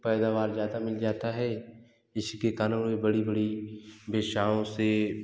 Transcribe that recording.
पैदावार ज़्यादा मिल जाता है इस के कारण उन्हें बड़ी बड़ी वेश्याओं से